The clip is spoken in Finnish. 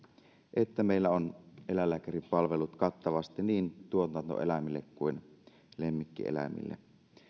että meillä on eläinlääkäripalvelut kattavasti niin tuotantoeläimille kuin lemmikkieläimille